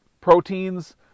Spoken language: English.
proteins